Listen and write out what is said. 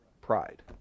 pride